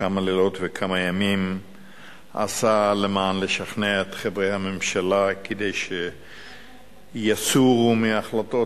כמה לילות וכמה ימים עשה על מנת לשכנע את חברי הממשלה שיסורו מהחלטות